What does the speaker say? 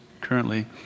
currently